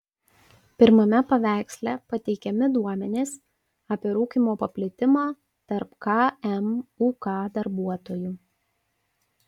pirmame paveiksle pateikiami duomenys apie rūkymo paplitimą tarp kmuk darbuotojų